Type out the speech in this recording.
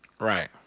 Right